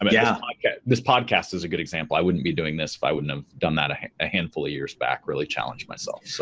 um yeah i mean, this podcast is a good example. i wouldn't be doing this if i wouldn't have done that a handful of years back, really challenged myself.